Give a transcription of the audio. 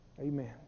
Amen